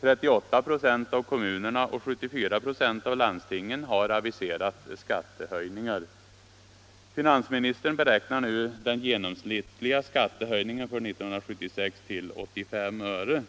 38 96 av kommunerna och 74 96 av landstingen har aviserat skattehöjningar. Finansministern beräknar nu den genomsnittliga skattehöjningen för 1976 till 85 öre.